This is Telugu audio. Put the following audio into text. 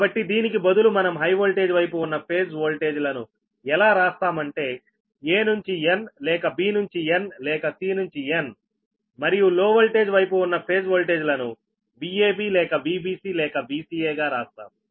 కాబట్టి దీనికి బదులు మనం హై వోల్టేజ్ వైపు ఉన్నఫేజ్ వోల్టేజ్ లను ఎలా రాస్తాం అంటే A నుంచి N లేక B నుంచి N లేక C నుంచి N మరియు లోవోల్టేజ్ వైపు ఉన్న ఫేజ్ వోల్టేజ్ లను VAB లేక VBC లేక VCA గా రాస్తాము